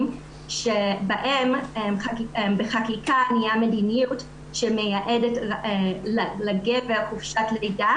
שבהן בחקיקה יש מדיניות שמייעדת לגבר חופשת לידה,